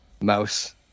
mouse